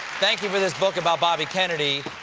thank you for this book about boab kennedy.